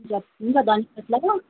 हुन्छ हुन्छ धन्यवाद ल